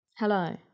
Hello